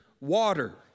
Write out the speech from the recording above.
water